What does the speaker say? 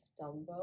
Dumbo